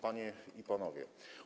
Panie i Panowie!